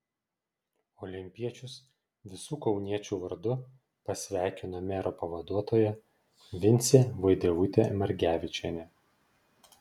olimpiečius visų kauniečių vardu pasveikino mero pavaduotoja vincė vaidevutė margevičienė